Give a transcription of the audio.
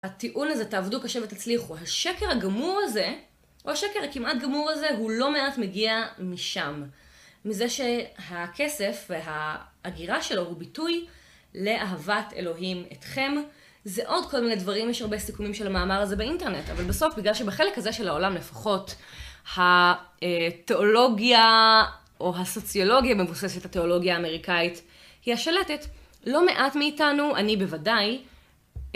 הטיעון הזה, תעבדו קשה ותצליחו, השקר הגמור הזה, או השקר הכמעט גמור הזה, הוא לא מעט מגיע משם. מזה שהכסף והאגירה שלו הוא ביטוי לאהבת אלוהים אתכם. זה עוד כל מיני דברים, יש הרבה סיכומים של המאמר הזה באינטרנט, אבל בסוף, בגלל שבחלק הזה של העולם לפחות, התיאולוגיה או הסוציולוגיה במובססת התיאולוגיה האמריקאית היא השלטת, לא מעט מאיתנו, אני בוודאי,